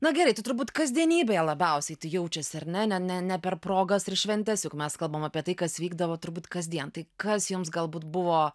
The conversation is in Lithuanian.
na geraitai turbūt kasdienybėje labiausiai jaučiasi ar ne ne ne per progas ir šventes juk mes kalbam apie tai kas vykdavo turbūt kasdien tai kas jums galbūt buvo